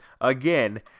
again